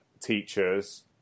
teachers